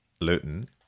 Luton